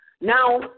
now